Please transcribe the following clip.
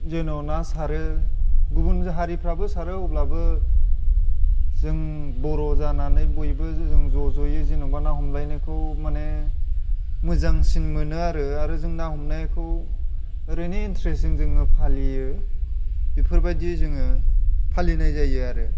जेन' ना सारो गुबुननि हारिफ्राबो सारो अब्लाबो जों बर' जानानै बयबो जों ज' जयै जेन'बा ना हमलायनायखौ मानि मोजांसिन मोनो आरो जों ना हमनायखौ ओरैनो इन्ट्रेसजों जोङो फालियो बेफोर बायदि जोङो फालिनाय जायो आरो